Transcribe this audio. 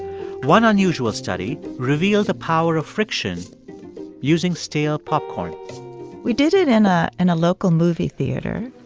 one unusual study reveals the power of friction using stale popcorn we did it in a and local movie theater.